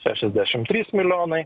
šešiasdešim trys milijonai